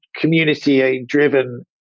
community-driven